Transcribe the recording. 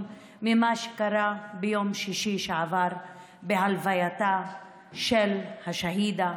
על מה שקרה ביום שישי שעבר בהלווייתה של השהידה,